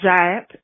giant